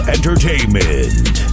Entertainment